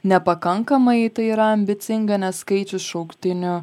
nepakankamai tai yra ambicinga nes skaičius šauktinių